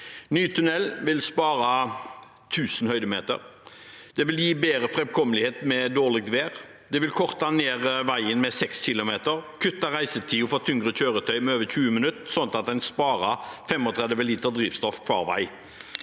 Ny tunnel vil spare 1 000 høydemeter, gi bedre fremkommelighet ved dårlig vær samt korte ned vegen med over 6 kilometer og kutte reisetiden for tyngre kjøretøy med over 20 minutter slik at de sparer 35 liter drivstoff hver veg.